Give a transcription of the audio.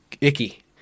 icky